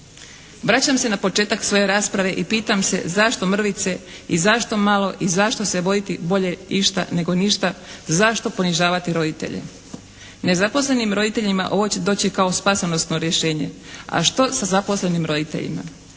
Vraćam se na početak svoje rasprave i pitam se zašto mrvice, i zašto malo, i zašto se voditi "bolje išta nego ništa", zašto ponižavati roditelje. Nezaposlenim roditeljima ovo će doći kao spasonosno rješenje. A što je sa zaposlenim roditeljima?